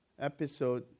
episode